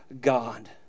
God